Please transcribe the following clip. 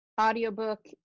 audiobook